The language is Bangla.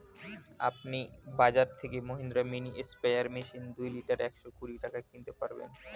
আপনি বাজর থেকে মহিন্দ্রা মিনি স্প্রেয়ার মেশিন দুই লিটার একশো কুড়ি টাকায় কিনতে পারবেন